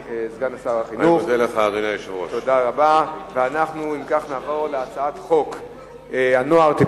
2010): השירות הרפואי והסיעודי לילדי החינוך המיוחד הועבר לחברה פרטית.